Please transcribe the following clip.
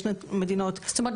יש מדינות --- זאת אומרת,